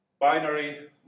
Binary